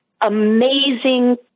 amazing